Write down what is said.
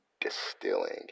distilling